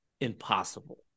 impossible